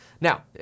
Now